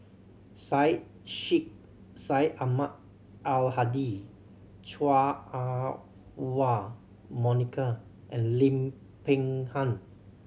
Syed Sheikh Syed Ahmad Al Hadi Chua Ah Huwa Monica and Lim Peng Han